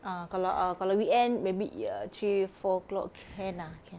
ah kalau ah kalau weekend maybe ee~ ah three four o'clock can ah can